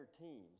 teams